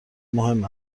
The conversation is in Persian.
مهم